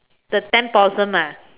the ten possum ah